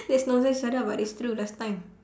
that's nonsense shut up lah it's true last time